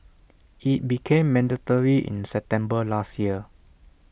IT became mandatory in September last year